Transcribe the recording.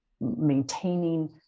maintaining